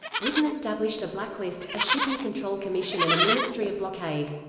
britain established a blacklist, a shipping control commission and a ministry of blockade.